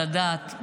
על הדעת,